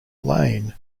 lane